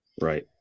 Right